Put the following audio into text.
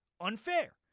unfair